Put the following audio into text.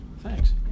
Thanks